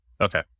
Okay